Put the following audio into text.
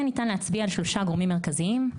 ניתן להצביע על שלושה גורמים מרכזיים: